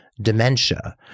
dementia